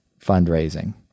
fundraising